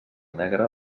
negre